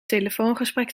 telefoongesprek